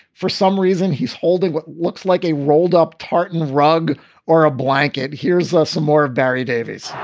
for some reason, he's holding what looks like a rolled up tartan rug or a blanket. here's ah some more of barry davies.